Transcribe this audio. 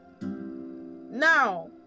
Now